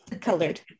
colored